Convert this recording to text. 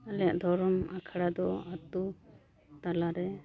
ᱟᱞᱮᱭᱟᱜ ᱫᱷᱚᱨᱚᱢ ᱟᱠᱷᱲᱟ ᱫᱚ ᱟᱹᱛᱩ ᱛᱟᱞᱟ ᱨᱮ